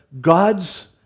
God's